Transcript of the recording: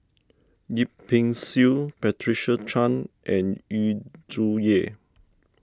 Yip Pin Xiu Patricia Chan and Yu Zhuye